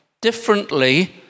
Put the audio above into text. differently